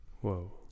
Whoa